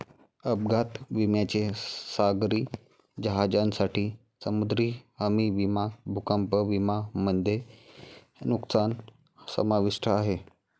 अपघात विम्यामध्ये सागरी जहाजांसाठी समुद्री हमी विमा भूकंप विमा मध्ये नुकसान समाविष्ट आहे